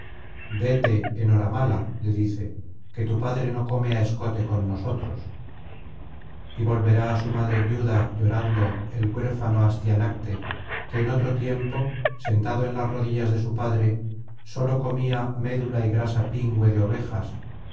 vete enhoramala le dice que tu padre no come á escote con nosotros y volverá á su madre viuda llorando el huérfano astianacte que en otfo tiempo sentado en las rodillas de su padre sólo comía medul y grasa pingüe de ovejas